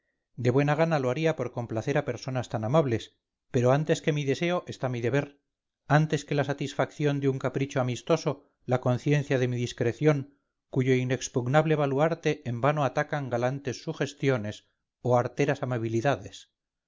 de buena gana lo haría por complacer a personas tan amables pero antes que mi deseo está mi deber antes que la satisfacción de un capricho amistoso la conciencia de mi discreción cuyo inexpugnable baluarte en vano atacan galantes sugestiones o arteras amabilidades